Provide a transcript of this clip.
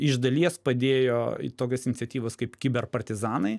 iš dalies padėjo į tokias iniciatyvas kaip kiber partizanai